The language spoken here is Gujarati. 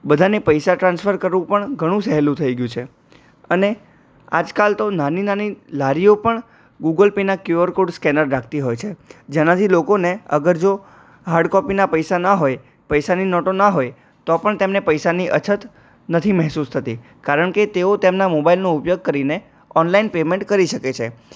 બધાને પૈસા ટ્રાન્સફર કરવું પણ ઘણું સેહલું થઈ ગયું છે અને આજ કાલ તો નાની નાની લારીઓ પણ ગુગલેપેના ક્યુઆર કોડ સ્કેનર રાખતી હોય છે જેનાથી લોકોને અગર જો હાર્ડકોપીના પૈસા ના હોય પૈસાની નોટો ના હોય તો પણ તેમણે પૈસાની અછત નથી મહેસુસ થતી કારણકે તેઓ તેમના મોબાઈલનો ઉપયોગ કરીને ઓનલાઇન પેમેન્ટ કરી શકે છે